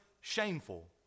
shameful